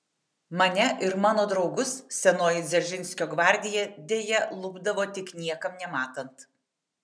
mane ir mano draugus senoji dzeržinskio gvardija deja lupdavo tik niekam nematant